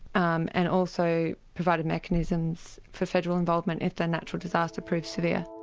um and also provided mechanisms for federal involvement if their natural disaster proves severe.